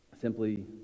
simply